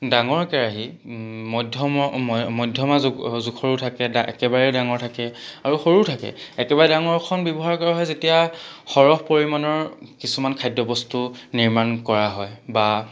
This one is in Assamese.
ডাঙৰ কেৰাহী মধ্যম মধ্যমা জো জোখৰো থাকে ডা একেবাৰে ডাঙৰ থাকে আৰু সৰুও থাকে একেবাৰে ডাঙৰখন ব্যৱহাৰ কৰা হয় যেতিয়া সৰহ পৰিমাণৰ কিছুমান খাদ্যবস্তু নিৰ্মাণ কৰা হয় বা